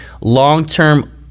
long-term